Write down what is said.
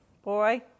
Boy